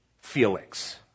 Felix